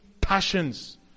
passions